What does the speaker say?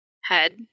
head